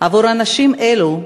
עבור אנשים אלו,